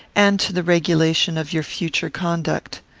and to the regulation of your future conduct.